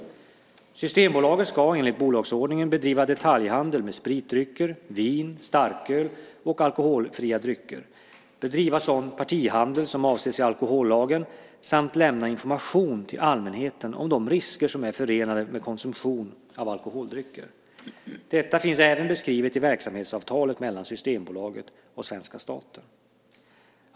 Systembolaget ska enligt bolagsordningen bedriva detaljhandel med spritdrycker, vin, starköl och alkoholfria drycker, bedriva sådan partihandel som avses i alkohollagen samt lämna information till allmänheten om de risker som är förenade med konsumtion av alkoholdrycker. Detta finns även beskrivet i verksamhetsavtalet mellan Systembolaget och svenska staten.